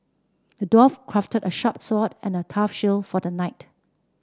the dwarf crafted a sharp sword and a tough shield for the knight